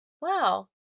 wow